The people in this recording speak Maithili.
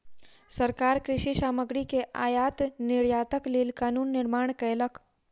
सरकार कृषि सामग्री के आयात निर्यातक लेल कानून निर्माण कयलक